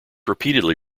repeatedly